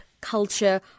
culture